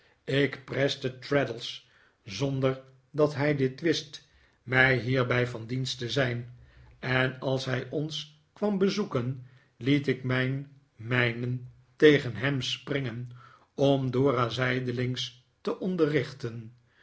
ik preste traddles zonder dat hij dit wist mij hierbij van dienst te zijn en als hij ons kwam bezoeken liet ik mijn mijnen tegen hem spri ngen om dora zijdelings te